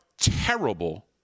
terrible